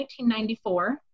1994